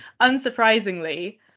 Unsurprisingly